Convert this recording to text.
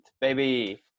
baby